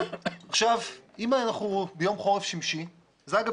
אם אנחנו ביום חורף שמשי אגב,